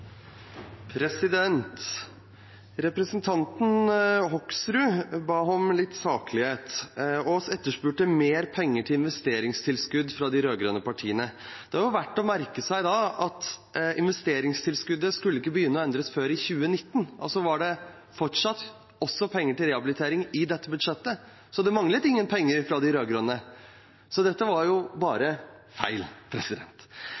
Representanten Hoksrud ba om litt saklighet og etterspurte mer penger fra de rød-grønne partiene til investeringstilskudd. Da er det verd å merke seg at investeringstilskuddet ikke skulle endres før i 2019, altså var det fortsatt også penger til rehabilitering i dette budsjettet, så det manglet ingen penger fra de rød-grønne. Så dette var bare